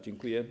Dziękuję.